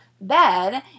bed